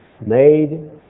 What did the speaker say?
made